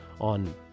on